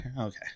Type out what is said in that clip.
Okay